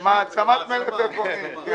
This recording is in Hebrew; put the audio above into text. מעצמת מלפפונים, כן.